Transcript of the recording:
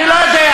אני לא יודע.